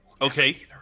Okay